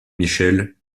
michel